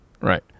right